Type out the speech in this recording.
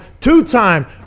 two-time